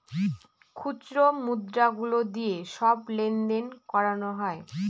খুচরো মুদ্রা গুলো দিয়ে সব লেনদেন করানো হয়